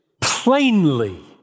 plainly